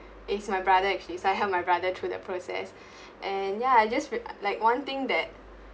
is my brother actually so I help my brother through that process and ya just re~ a~ like one thing that